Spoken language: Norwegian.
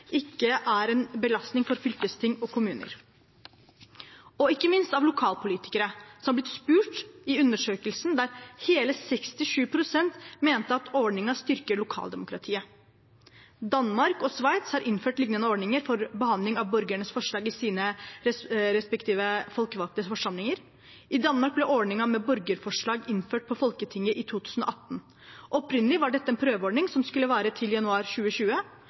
styrker lokaldemokratiet. Danmark og Sveits har innført lignende ordninger for behandling av borgernes forslag i sine respektive folkevalgte forsamlinger. I Danmark ble ordningen med borgerforslag innført på Folketinget i 2018. Opprinnelig var det en prøveordning som skulle vare til januar 2020.